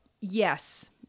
yes